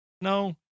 No